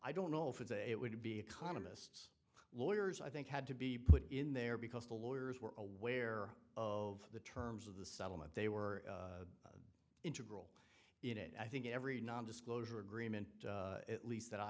i don't know if it's a it would be economists lawyers i think had to be put in there because the lawyers were aware of the terms of the settlement they were integral in it i think every non disclosure agreement at least that i